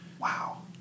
wow